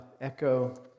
echo